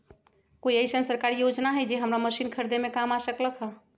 कोइ अईसन सरकारी योजना हई जे हमरा मशीन खरीदे में काम आ सकलक ह?